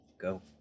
Go